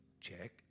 Check